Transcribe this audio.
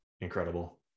incredible